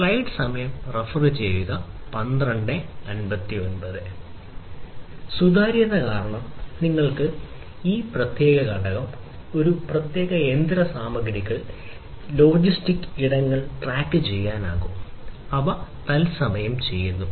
സുതാര്യത കാരണം ഇപ്പോൾ നിങ്ങൾക്ക് ഒരു പ്രത്യേക ഘടകം ഒരു പ്രത്യേക യന്ത്രസാമഗ്രികൾ ചില ലോജിസ്റ്റിക് ഇനങ്ങൾ ട്രാക്കുചെയ്യാനാകും അവ തത്സമയം ചെയ്യുന്നു